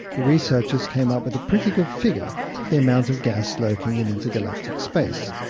the researchers came up with a pretty good figure for the amount of gas lurking in intergalactic space.